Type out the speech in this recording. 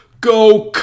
Go